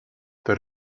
that